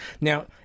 Now